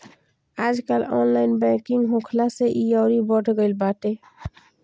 आजकल online banking होखला से इ अउरी बढ़ गईल बाटे